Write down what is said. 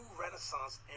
Renaissance